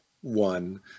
one